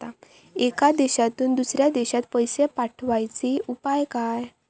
एका देशातून दुसऱ्या देशात पैसे पाठवचे उपाय काय?